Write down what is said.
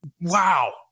Wow